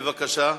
בבקשה.